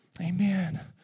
Amen